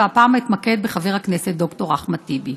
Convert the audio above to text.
והפעם אתמקד בחבר הכנסת ד"ר אחמד טיבי.